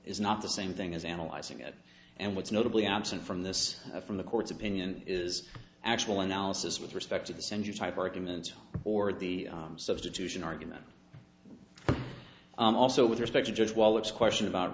is not the same thing as analyzing it and what's notably absent from this from the court's opinion is actual analysis with respect to the center type argument or the substitution argument also with respect to judge wallace question about